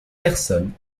personne